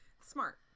Smart